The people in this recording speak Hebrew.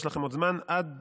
יש לכם עוד זמן עד